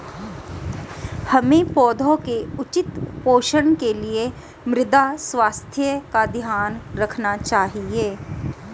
हमें पौधों के उचित पोषण के लिए मृदा स्वास्थ्य का ध्यान रखना चाहिए